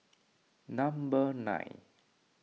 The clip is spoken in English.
number nine